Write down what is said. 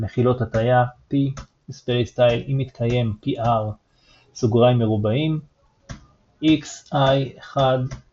מכילות הטיה p \displaystyle p אם מתקיים Pr [ x i 1 ⊕⋯⊕ x i ℓ